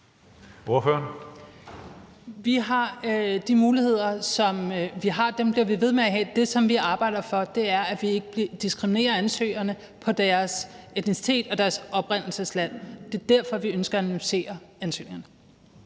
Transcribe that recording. (ALT): De muligheder, som vi har, bliver vi ved med at have. Det, som vi arbejder for, er, at vi ikke diskriminerer ansøgerne efter deres etnicitet og oprindelsesland. Det er derfor, vi ønsker at anonymisere ansøgerne.